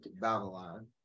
Babylon